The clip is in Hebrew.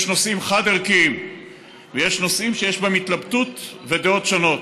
יש נושאים חד-ערכיים ויש נושאים שיש בהם התלבטות ודעות שונות.